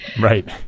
Right